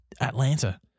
Atlanta